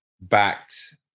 backed